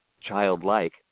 childlike